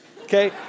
Okay